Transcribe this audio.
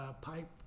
Pipe